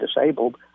disabled